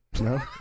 No